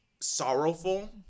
sorrowful